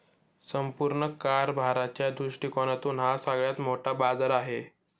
संपूर्ण कारभाराच्या दृष्टिकोनातून हा सगळ्यात मोठा बाजार आहे